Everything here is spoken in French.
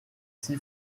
six